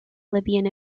libyan